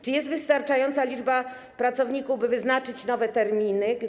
Czy jest wystarczająca liczba pracowników, by wyznaczyć nowe terminy?